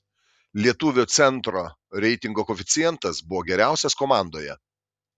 lietuvio centro reitingo koeficientas buvo geriausias komandoje